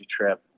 trip